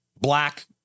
black